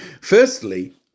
Firstly